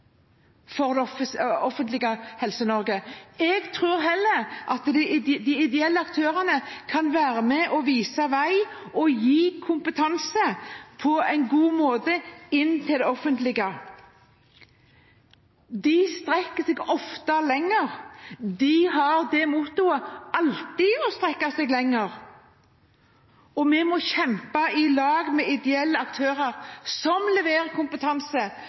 det offentlige Helse-Norge. Jeg tror heller at de ideelle aktørene kan være med på å vise vei og gi kompetanse på en god måte inn til det offentlige. De strekker seg ofte lenger. De har som motto alltid å strekke seg lenger. Og vi må kjempe i lag med ideelle aktører som leverer kompetanse,